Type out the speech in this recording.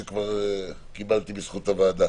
אדוני.